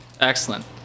Excellent